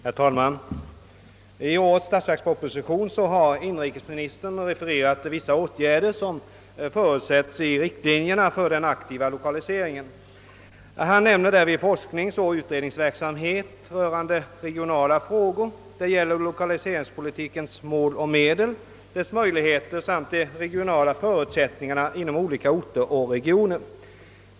Herr talman! I årets statsverksproposition har inrikesministern refererat till vissa åtgärder som förutsättes i riktlinjerna för den aktiva lokaliseringen. Han nämner forskningsoch utredningsverksamhet rörande regionala frågor. Det gäller lokaliseringspolitikens mål och medel, dess möjligheter samt de regionala förutsättningarna inom olika orter och regioner.